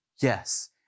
yes